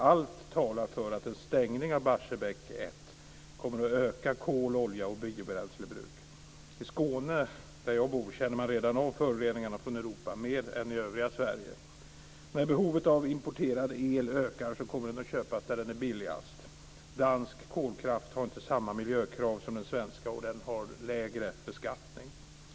Allt talar för att en stängning av Barsebäck 1 kommer att öka kol-, olje och biobränslebruk. I Skåne, där jag bor, känner man redan av föroreningarna från Europa mer än i övriga Sverige. När behovet av importerad el ökar kommer den att köpas där den är billigast. Dansk kolkraft har inte samma miljökrav som den svenska, och den har lägre beskattning.